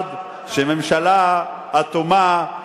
במיוחד שהממשלה אטומה,